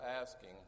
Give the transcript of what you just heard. asking